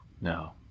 No